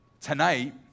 tonight